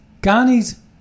Ghani's